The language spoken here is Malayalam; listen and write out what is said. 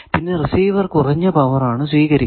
പിന്നെ റിസീവർ കുറഞ്ഞ പവർ ആണ് സ്വീകരിക്കുക